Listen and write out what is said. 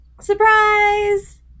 Surprise